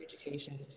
education